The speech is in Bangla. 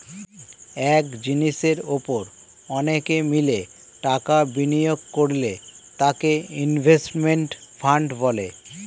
এক জিনিসের উপর অনেকে মিলে টাকা বিনিয়োগ করলে তাকে ইনভেস্টমেন্ট ফান্ড বলে